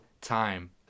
time